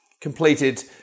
completed